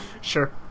Sure